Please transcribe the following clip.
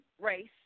race